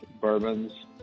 bourbons